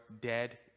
dead